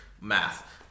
Math